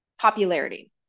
popularity